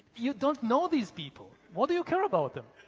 you don't know these people. what do you care about them?